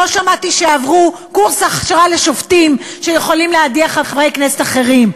לא שמעתי שהם עברו קורס הכשרה לשופטים שיכולים להדיח חברי כנסת אחרים.